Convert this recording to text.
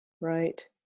right